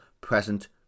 present